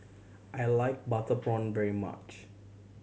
I like butter prawn very much